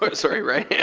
but sorry, right. yeah